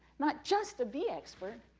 not just a bee expert,